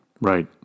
Right